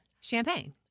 Champagne